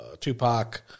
Tupac